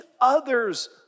others